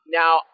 now